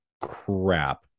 crap